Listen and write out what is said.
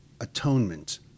atonement